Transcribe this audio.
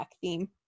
theme